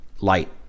light